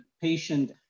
patient